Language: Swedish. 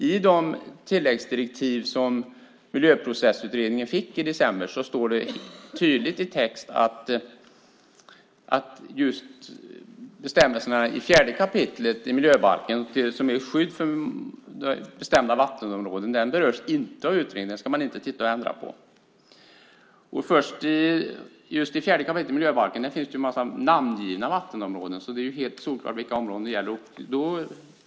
I de tilläggsdirektiv som Miljöprocessutredningen fick i december står det tydligt i texten att bestämmelserna i 4 kap. miljöbalken, som handlar om skydd för bestämda vattenområden, inte berörs av utredningen. Dem ska man inte titta på och ändra. I 4 kap. miljöbalken finns det en massa namngivna vattenområden, så det är helt solklart vilka områden det gäller.